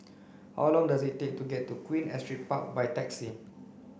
how long does it take to get to Queen Astrid Park by taxi